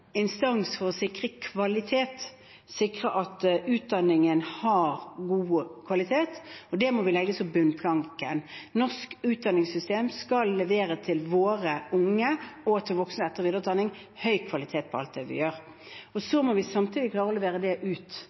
instans for å sikre kvalitet, sikre at utdanningen har god kvalitet, og det må ligge som en bunnplanke. Norsk utdanningssystem skal levere til våre unge – og til voksne i etter- og videreutdanning – høy kvalitet på alt det vi gjør. Så må vi samtidig klare å levere det ut